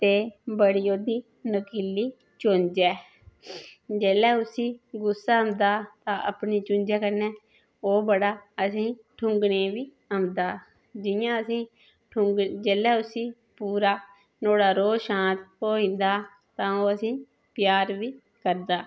ते बड़ी ओहदी नुकीली चुंज्झ ऐ जोहले उसी गुस्सा आंदा ते अपनी चुंज्झा कन्ने ओह् बड़ा असेंगी ठूंगंरे बी मारदा जियां असें जेहले उसी पूरा नुआढ़ा रौह् शांत होई जंदा तां ओह् असें प्यार बी करदा